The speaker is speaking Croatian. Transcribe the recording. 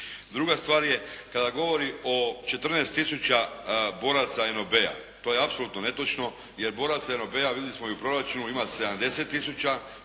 Druga stvar je, kada govori o 14 tisuća boraca NOB-a, to je apsolutno netočno, jer boraca NOB-a vidjeli smo i u proračunu ima 70